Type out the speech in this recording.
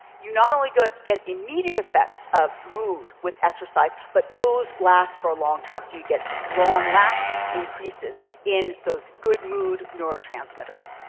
you not only get immediate effects of mood with exercise but those last for a long time. so you get long-lasting increases in those good mood neurotransmitters.